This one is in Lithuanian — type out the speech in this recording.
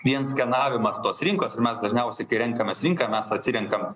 vien skenavimas tos rinkos ir mes dažniausiai renkamės rinką mes atsirenkam